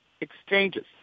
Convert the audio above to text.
exchanges